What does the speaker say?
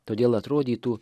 todėl atrodytų